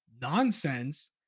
nonsense